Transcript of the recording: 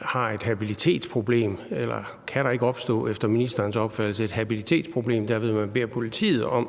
har et habilitetsproblem. Kan der ikke efter ministerens opfattelse opstå et habilitetsproblem ved, at man beder politiet om